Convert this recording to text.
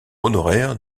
honoraire